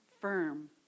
firm